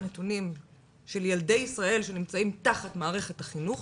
הנתונים של ילדים ישראל שנמצאים תחת מערכת החינוך